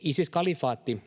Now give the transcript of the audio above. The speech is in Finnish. Isis-kalifaatti